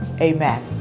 Amen